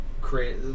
create